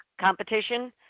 competition